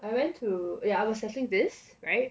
I went to ya I was settling this [right]